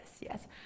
yes